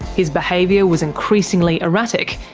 his behaviour was increasingly erratic.